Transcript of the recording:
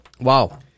wow